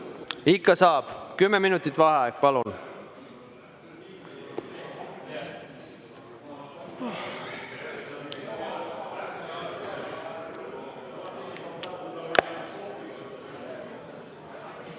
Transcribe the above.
Ikka saab! Kümme minutit vaheaeg. Palun!